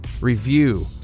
review